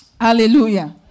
Hallelujah